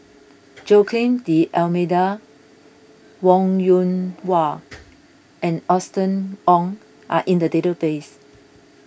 Joaquim D'Almeida Wong Yoon Wah and Austen Ong are in the database